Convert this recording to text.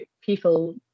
people